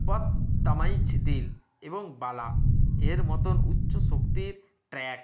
বৎতোমিজ দিল এবং বালা এর মতন উচ্চ শক্তির ট্র্যাক